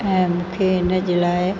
ऐं मूंखे इन जे लाइ